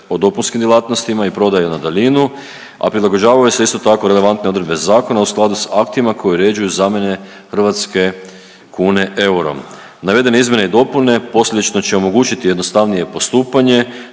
o dopunskim djelatnostima i prodaju na daljinu, a prilagođavaju se isto tako, relevantne odredbe zakona u skladu s aktima koji uređuju zamjene hrvatske kune eurom. Navedene izmjene i dopune posljedično će omogućiti jednostavnije postupanje